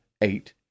eight